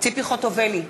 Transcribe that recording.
ציפי חוטובלי,